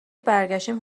برگشتیم